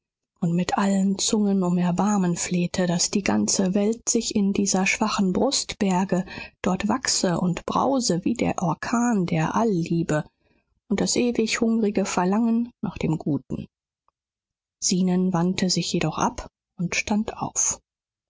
und mit allen zungen um erbarmen flehte daß die ganze welt sich in dieser schwachen brust berge dort wachse und brause wie der orkan der alliebe und das ewig hungrige verlangen nach dem guten zenon wandte sich jedoch ab und stand auf